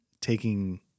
taking